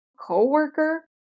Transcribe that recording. coworker